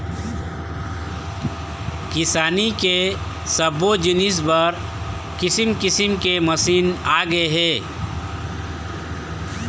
किसानी के सब्बो जिनिस बर किसम किसम के मसीन आगे हे